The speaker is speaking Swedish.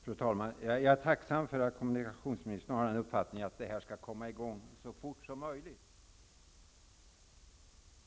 Fru talman! Jag är tacksam för att kommunikationsministern har uppfattningen att arbetet skall komma i gång så fort som möjligt. År 1868 dömde en kunglig kommission ut möjligheterna att bygga en västkustbana.